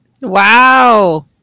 Wow